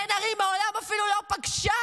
בן ארי, מעולם אפילו לא פגשה,